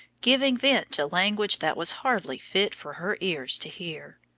giving vent to language that was hardly fit for her ears to hear.